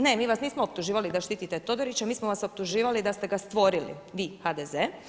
Ne, mi vas nismo optuživali da štitite Todorića, mi smo vas optuživali da ste ga stvorili, vi HDZ.